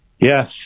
Yes